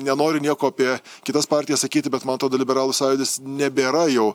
nenoriu nieko apie kitas partijas sakyti bet man atrodo liberalų sąjūdis nebėra jau